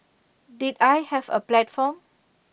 did I have A platform